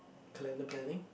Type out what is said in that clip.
calendar planning